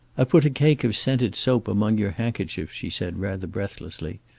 i put a cake of scented soap among your handkerchiefs, she said, rather breathlessly.